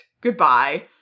Goodbye